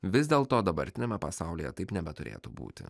vis dėl to dabartiniame pasaulyje taip nebeturėtų būti